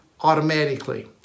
automatically